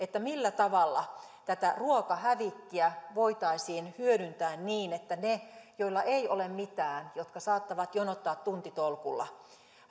millä tavalla tätä ruokahävikkiä voitaisiin hyödyntää niin että me saisimme sen kohtaamaan heidät joilla ei ole mitään jotka saattavat jonottaa tuntitolkulla